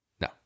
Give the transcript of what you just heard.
No